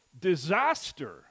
disaster